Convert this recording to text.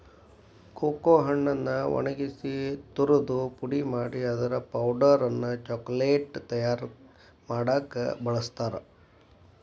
cocoa ಹಣ್ಣನ್ನ ಒಣಗಿಸಿ ತುರದು ಪುಡಿ ಮಾಡಿ ಅದರ ಪೌಡರ್ ಅನ್ನ ಚಾಕೊಲೇಟ್ ತಯಾರ್ ಮಾಡಾಕ ಬಳಸ್ತಾರ